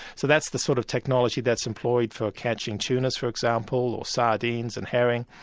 so that's the sort of technology that's employed for catching tunas for example, or sardines and herring,